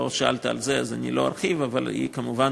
לא שאלת על זה, אז אני לא ארחיב, אבל זו כמובן